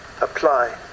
apply